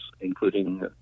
including